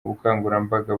ubukangurambaga